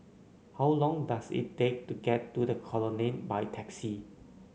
how long does it take to get to The Colonnade by taxi